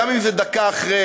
גם אם זה דקה אחרי,